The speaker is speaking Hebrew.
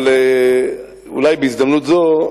אבל אולי בהזדמנות זו,